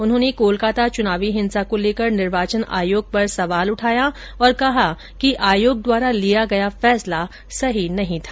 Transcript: उन्होंने कोलकाता चुनावी हिंसो को लेकर निर्वाचन आयोग पर सवाल उठाया और कहा कि आयोग द्वारा लिया गया फैसला सही नहीं था